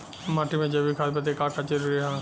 माटी में जैविक खाद बदे का का जरूरी ह?